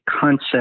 concept